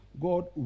God